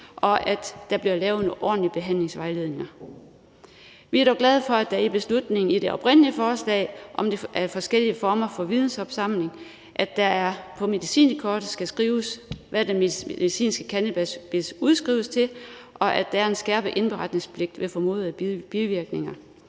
og at der bliver lavet nogle ordentlige behandlingsvejledninger. Vi er dog glade for, at der med beslutningen i det oprindelige forslag om forskellige former for vidensopsamling på medicinkortet skal skrives, hvad den medicinske cannabis udskrives til, og at der er en skærpet indberetningspligt ved formodede bivirkninger.